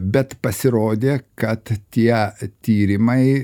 bet pasirodė kad tie tyrimai